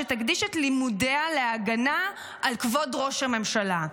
שתקדיש את לימודיה להגנה על כבוד ראש הממשלה.